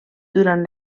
durant